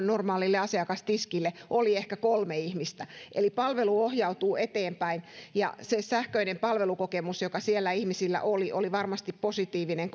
normaalille asiakastiskille oli ehkä kolme ihmistä eli palvelu ohjautuu eteenpäin ja se sähköinen palvelukokemus joka siellä ihmisillä oli oli varmasti positiivinen